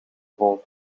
rood